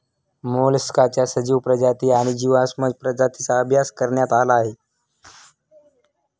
मोलस्काच्या सजीव प्रजाती आणि जीवाश्म प्रजातींचा अभ्यास करण्यात आला आहे